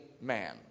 man